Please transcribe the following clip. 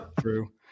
True